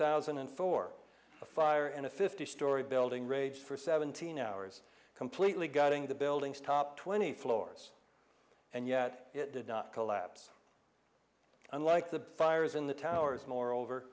thousand and four a fire in a fifty story building raged for seventeen hours completely gutting the building's top twenty three hours and yet it did not collapse unlike the fires in the towers moreover